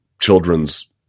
children's